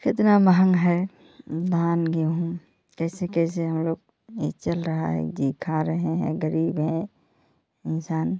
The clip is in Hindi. कितना महँगा है धान गेहूँ कैसे कैसे हम लोग ये चल रहा है जी खा रहें हैं गरीब हैं इंसान